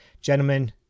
Gentlemen